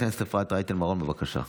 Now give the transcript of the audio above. חברת הכנסת אפרת רייטן מרום, בבקשה.